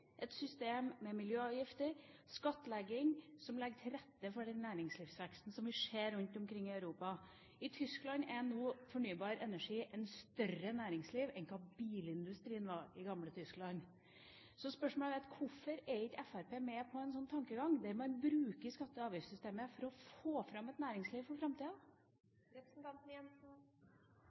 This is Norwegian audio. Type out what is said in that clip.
et system med miljøavgifter – skattlegging som legger til rette for den næringslivsveksten som vi ser rundt omkring i Europa. I Tyskland er nå fornybar energi et større næringsliv enn det bilindustrien var i gamle Tyskland. Så hvorfor er ikke Fremskrittspartiet med på en slik tankegang der man bruker skatte- og avgiftssystemet for å få fram et næringsliv for